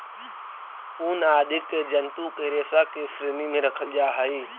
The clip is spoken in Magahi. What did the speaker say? ऊन आदि के जन्तु के रेशा के श्रेणी में रखल जा हई